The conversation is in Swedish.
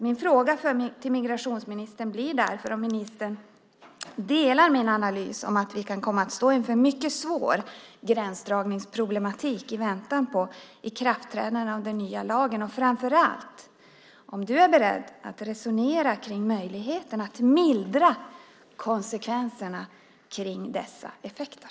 Min fråga till migrationsministern blir därför om ministern delar min analys att vi kan komma att stå inför en mycket svår gränsdragningsproblematik i väntan på ikraftträdandet av den nya lagen och framför allt om ministern är beredd att resonera kring möjligheten att mildra konsekvenserna av dessa effekter.